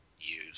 use